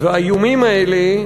והאיומים האלה,